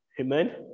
Amen